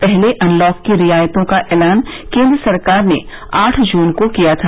पहले अनलॉक की रियायतों का ऐलान केंद्र सरकार ने आठ जून को किया था